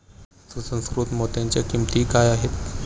सुसंस्कृत मोत्यांच्या किंमती काय आहेत